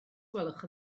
gwelwch